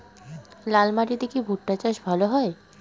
লাল মাটিতে কি ভুট্টা চাষ ভালো হয়?